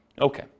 Okay